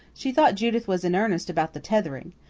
she thought judith was in earnest about the tethering.